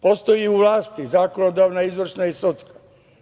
Postoji i u vlasti – zakonodavna, izvršna i sudska.